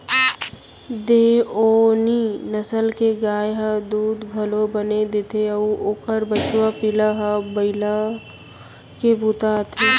देओनी नसल के गाय ह दूद घलौ बने देथे अउ ओकर बछवा पिला ह बइला के बूता आथे